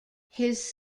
his